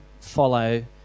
follow